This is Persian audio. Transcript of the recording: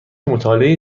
مطالعه